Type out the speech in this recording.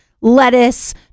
lettuce